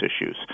issues